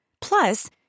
Plus